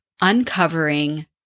uncovering